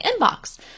inbox